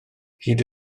hyd